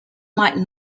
might